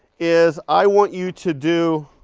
is i want you to do